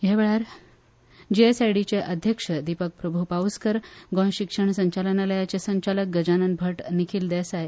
ह्यावेलार जीएसआयडीचे द्यक्ष दिपक प्रभू पावसाक गोंय शिक्षण क संचालनालयाचे संचालक गजानन भट निखील देसाय